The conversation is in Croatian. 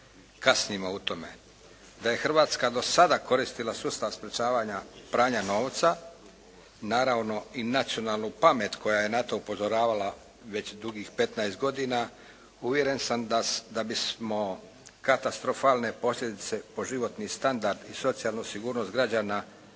kasnimo u tome. Da je Hrvatska do sada koristila sustav sprječavanja pranja novca, naravno i nacionalnu pamet koja je na to upozoravala već dugih 15 godina, uvjeren sam da bismo katastrofalne posljedice po životni standard i socijalnu sigurnost građana